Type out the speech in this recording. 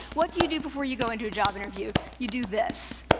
what do you do before you go into a job interview? you do this.